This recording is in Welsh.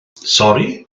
sori